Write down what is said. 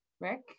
Rick